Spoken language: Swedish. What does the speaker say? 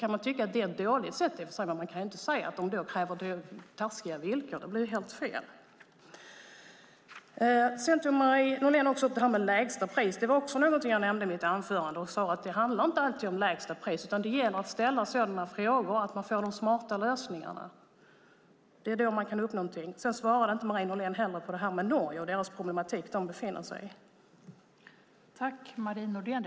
Man kan tycka att det är ett dåligt sätt, men det går inte att säga att det är fråga om taskiga villkor. Det blir helt fel. Marie Nordén tog också upp frågan om lägsta pris. Det var också något jag nämnde i mitt anförande. Jag sade att det inte alltid handlar om lägsta pris utan det gäller att ställa sådana frågor att man får de smarta lösningarna. Marie Nordén svarade inte heller på frågan om Norges problem.